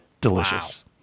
delicious